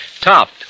topped